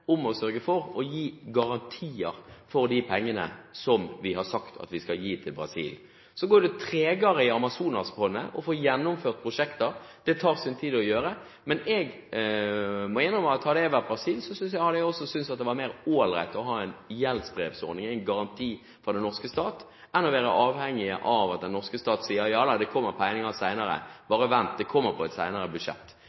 om å sørge for å gi garantier for de pengene som vi har sagt at vi skal gi til Brasil. Så går det tregere i Amazonasfondet med å få gjennomført prosjekter, det tar sin tid. Men jeg må innrømme at hadde jeg vært Brasil, hadde jeg også syntes det var mer ålreit å ha en gjeldsbrevordning, en garanti fra den norske stat, enn å være avhengig av at den norske stat sier ja, det kommer penger senere, bare vent, det